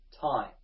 time